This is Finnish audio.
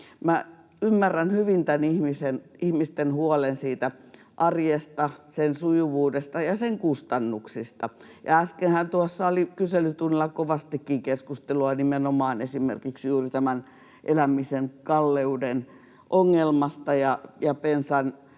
ymmärrän hyvin tämän ihmisten huolen arjesta, sen sujuvuudesta ja sen kustannuksista. Äskenhän tuossa oli kyselytunnilla kovastikin keskustelua nimenomaan esimerkiksi juuri tämän elämisen kalleuden ongelmasta, ja bensan